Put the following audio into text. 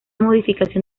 modificación